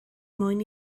mwyn